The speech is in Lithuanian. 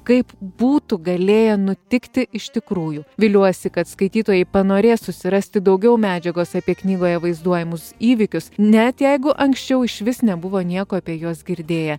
kaip būtų galėję nutikti iš tikrųjų viliuosi kad skaitytojai panorės susirasti daugiau medžiagos apie knygoje vaizduojamus įvykius net jeigu anksčiau išvis nebuvo nieko apie juos girdėję